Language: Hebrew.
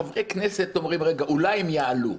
חברי כנסת אומרים רגע, אולי הם יעלו.